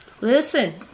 Listen